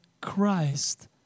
christ